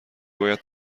باید